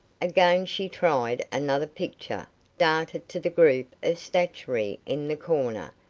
again she tried another picture darted to the group of statuary in the corner,